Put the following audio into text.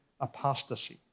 apostasy